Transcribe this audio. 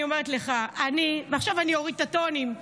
אני אומרת לך ועכשיו אני אוריד את הטונים,